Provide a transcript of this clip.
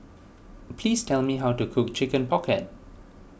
please tell me how to cook Chicken Pocket